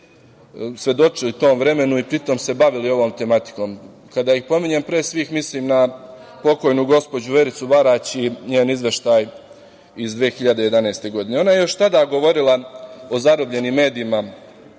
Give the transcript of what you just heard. svedočili tom vremenu i pri tom se bavili ovom tematikom. Kada ih pominjem, pre svih mislim na pokojnu Vericu Barać i njen izveštaj iz 2011. godine. Ona je još tada govorila o zarobljenim medijima